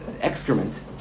excrement